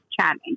chatting